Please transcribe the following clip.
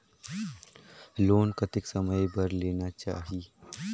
Loan कतेक समय बर लेना चाही?